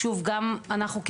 אנחנו,